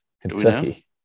Kentucky